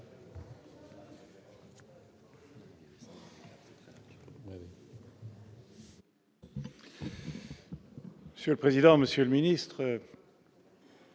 Monsieur le président, Monsieur le ministre.